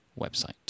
website